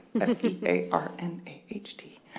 F-E-A-R-N-A-H-T